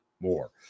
more